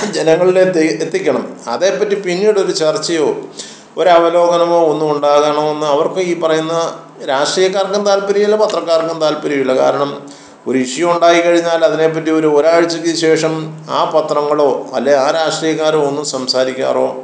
ജനങ്ങളിലേക്ക് എത്തിക്കണം അതേപ്പറ്റി പിന്നീടൊരു ചർച്ചയോ ഒരു അവലോകനമോ ഒന്നും ഉണ്ടാകണമെന്ന് അവർക്ക് ഈ പറയുന്ന രാഷ്ട്രീയക്കാർക്കും താൽപ്പര്യം ഇല്ല പത്രക്കാർക്കും താൽപ്പര്യം ഇല്ല കാരണം ഒരു ഇഷ്യൂ ഉണ്ടായിക്കഴിഞ്ഞാൽ അതിനെപ്പറ്റി ഒരു ഒരാഴ്ചക്ക് ശേഷം ആ പത്രങ്ങളോ അല്ലെങ്കിൽ ആ രാഷ്ടീയക്കാരോ ഒന്നും സംസാരിക്കാറോ